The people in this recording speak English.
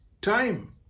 time